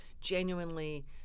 genuinely